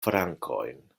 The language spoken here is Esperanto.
frankojn